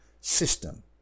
system